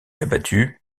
abattu